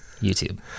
youtube